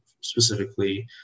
specifically